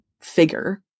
figure